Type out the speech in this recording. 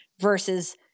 versus